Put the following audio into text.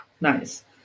Nice